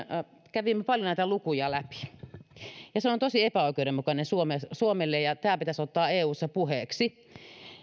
kävimme paljon näitä lukuja läpi se on tosi epäoikeudenmukainen suomelle suomelle ja ja tämä pitäisi ottaa eussa puheeksi